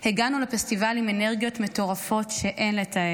הגענו לפסטיבל עם אנרגיות מטורפות שאין לתאר,